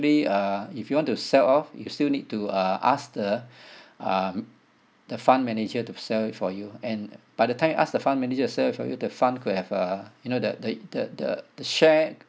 uh if you want to sell off you still need to uh ask the um the fund manager to sell it for you and by the time you ask the fund manager to sell it for you to fund could have uh you know the the the the the share